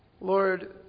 Lord